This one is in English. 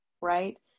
right